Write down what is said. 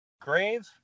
grave